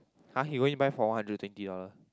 !huh! he go in buy for one hundred twenty dollar